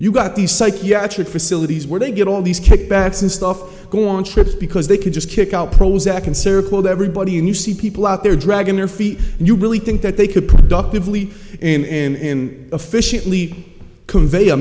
you've got these psychiatric facilities where they get all these kickbacks and stuff go on trips because they can just kick out prozac encircled everybody and you see people out there dragging their feet you really think that they could productively in officiously convey a